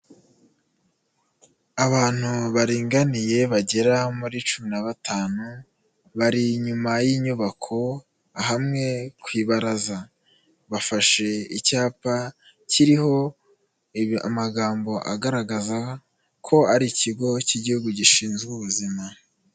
Abantu baringaniye bagera muri cumi na batanu, bari inyuma y'inyubako, hamwe ku ibaraza, bafashe icyapa kiriho amagambo agaragaza ko ari Ikigo cy'Igihugu gishinzwe ubuzima.